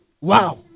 Wow